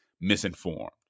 misinformed